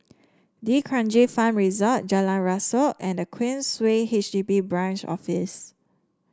D'Kranji Farm Resort Jalan Rasok and the Queensway H D B Branch Office